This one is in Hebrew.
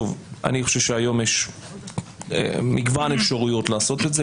אני חושב שהיום יש מגוון אפשרויות לעשות את זה,